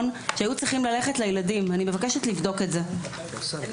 13:55.